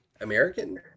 American